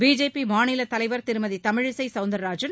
பிஜேபிமாநிலத் தலைவர் திருமதி தமிழிசைசவுந்தர்ராஜன்